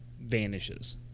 vanishes